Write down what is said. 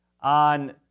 on